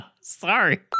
Sorry